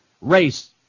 Race